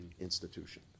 institution